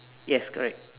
yes correct